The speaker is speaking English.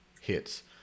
hits